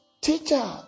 teacher